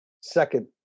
second